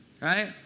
right